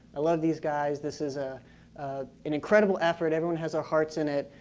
i love these guys this is ah an incredible effort. everyone has their hearts in it.